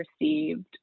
received